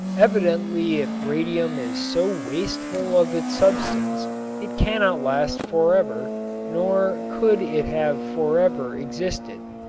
evidently if radium is so wasteful of its substance it cannot last forever nor could it have forever existed.